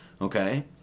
Okay